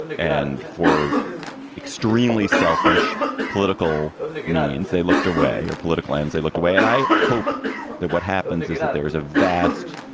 and for extremely selfish political means, they looked away or political ends. they looked away. and i hope that what happens is that there is a vast.